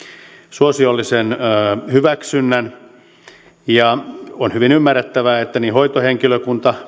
suosiollisen hyväksynnän on hyvin ymmärrettävää että niin hoitohenkilökunnan